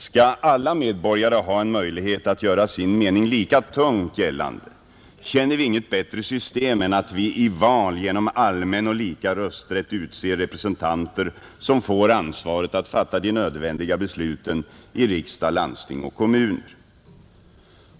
Skall alla medborgare ha en möjlighet att göra sin mening lika tungt gällande känner vi inget bättre system än att vi i val genom allmän och lika rösträtt utser representanter som får ansvaret att fatta de nödvändiga besluten i riksdag, landsting och kommuner.